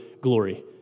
glory